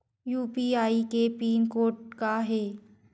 UPI के PIN code का हे?